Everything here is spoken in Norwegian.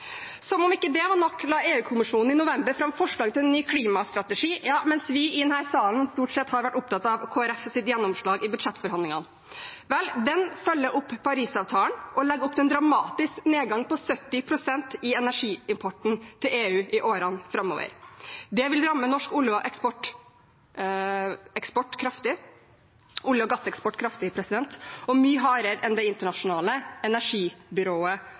Som om ikke det var nok, la EU-kommisjonen i november fram forslag til en ny klimastrategi – mens vi i denne salen stort sett har vært opptatt av Kristelig Folkepartis gjennomslag i budsjettforhandlingene. Klimastrategien følger opp Parisavtalen og legger opp til en dramatisk nedgang på 70 pst. i energiimporten til EU i årene framover. Det vil ramme norsk olje- og gasseksport kraftig og mye hardere enn det Det internasjonale energibyrået